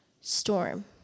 storm